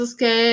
que